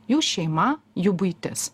jų šeima jų buitis